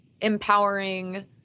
empowering